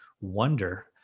wonder